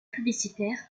publicitaires